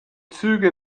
züge